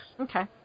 Okay